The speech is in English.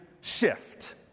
shift